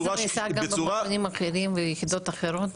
איך זה נעשה במכונים אחרים או ביחידות אחרות?